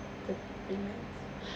thursday twenty nine